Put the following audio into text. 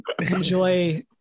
Enjoy